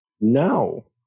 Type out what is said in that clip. No